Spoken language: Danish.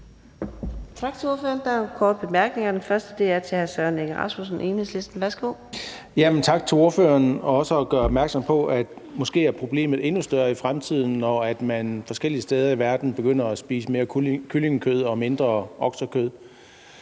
Tak til ordføreren. Der er nogle korte bemærkninger. Den første er til hr. Søren Egge Rasmussen, Enhedslisten. Værsgo. Kl. 14:56 Søren Egge Rasmussen (EL): Tak til ordføreren for også at gøre opmærksom på, at problemet måske er endnu større i fremtiden, når man forskellige steder i verden begynder at spise mere kyllingekød og mindre oksekød.